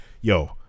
yo